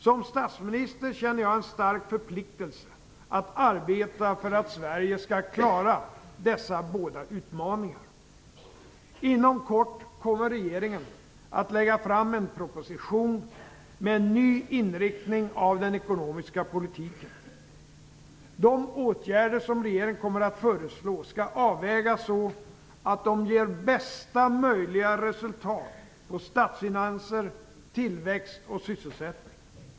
Som statsminister känner jag en stark förpliktelse att arbeta för att Sverige skall klara dessa båda utmaningar. Inom kort kommer regeringen att lägga fram en proposition med en ny inriktning av den ekonomiska politiken. De åtgärder som regeringen kommer att föreslå skall avvägas så att de ger bästa möjliga resultat på statsfinanser, tillväxt och sysselsättning.